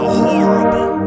horrible